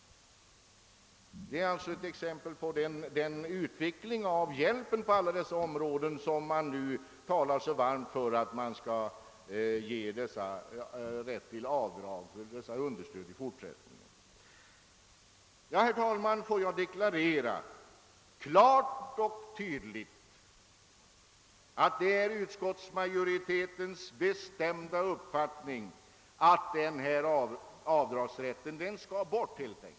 Det är ett exempel på utvecklingen av hjälpen på alla dessa områden där man nu så varmt talar för rätten att göra avdrag för understöd. Jag vill, herr talman, klart och tydligt deklarera att det är utskottets bestämda uppfattning att denna avdragsrätt skall bort.